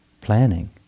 planning